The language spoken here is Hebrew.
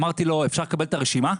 אמרתי לו: אפשר לקבל את הרשימה?